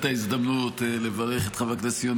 תודה רבה, גברתי היושבת-ראש.